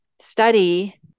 study